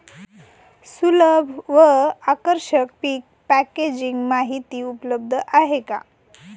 सुलभ व आकर्षक पीक पॅकेजिंग माहिती उपलब्ध आहे का?